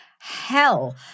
Hell